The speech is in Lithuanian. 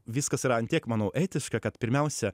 viskas yra ant tiek manau etiška kad pirmiausia